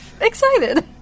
excited